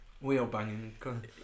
Wheel-banging